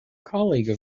colleague